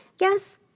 Yes